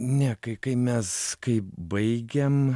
ne kai kai mes kai baigėm